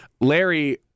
Larry